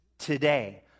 Today